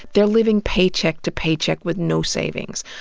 they're living paycheck to paycheck with no savings.